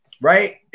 right